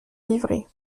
livrets